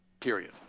period